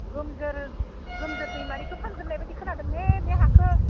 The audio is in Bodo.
गोमजोर गोमजोर दैमारिखौ फानगोन होननाय बायदि खोनादोमोनहाय बे हाखो